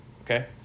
okay